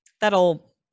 That'll